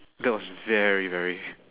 that was very very